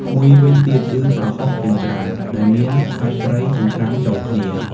មួយវិញទៀត គឺ ប្រហុកចិញ្ច្រាំ ដែលមានសាច់ត្រីចិញ្ច្រាំចូលគ្នា។